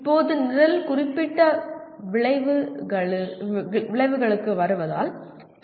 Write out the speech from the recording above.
இப்போது நிரல் குறிப்பிட்ட விளைவுகளுக்கு வருவதால் பி